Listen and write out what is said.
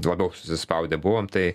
labiau susispaudę buvom tai